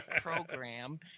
program